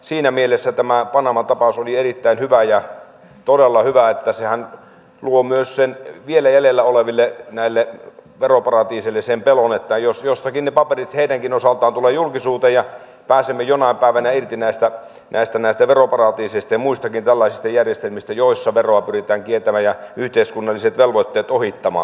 siinä mielessä tämä panama tapaus oli erittäin hyvä todella hyvä että sehän luo myös näille vielä jäljellä oleville veroparatiiseille sen pelon että jostakin ne paperit heidänkin osaltaan tulevat julkisuuteen ja pääsemme jonain päivänä irti näistä veroparatiiseista ja muistakin tällaisista järjestelmistä joissa veroa pyritään kiertämään ja yhteiskunnalliset velvoitteet ohittamaan